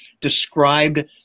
described